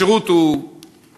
השירות הוא whatever,